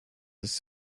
his